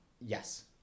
yes